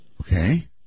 Okay